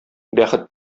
бәхет